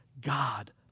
God